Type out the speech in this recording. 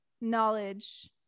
knowledge